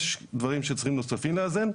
יש דברים נוספים שצריכים לאזן?